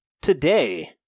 today